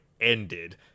ended